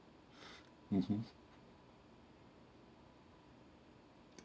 mmhmm